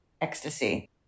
ecstasy